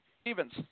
Stevens